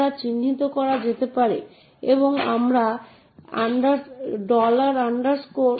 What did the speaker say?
এর কারণ হল প্রায়শই বিষয় এবং বস্তুর সংখ্যা বেশ বড় এবং আমরা যে ম্যাট্রিক্সটি পাই তা অত্যন্ত বিক্ষিপ্ত